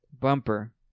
Bumper